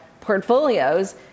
portfolios